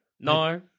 No